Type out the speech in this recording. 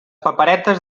paperetes